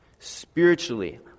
spiritually